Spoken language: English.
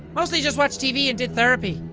mostly just watched tv and did therapy.